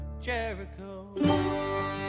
Jericho